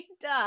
duh